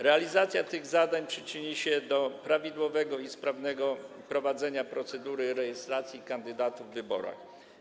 Realizacja tych zadań przyczyni się do prawidłowego i sprawnego prowadzenia procedury rejestracji kandydatów w wyborach.